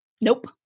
Nope